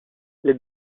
les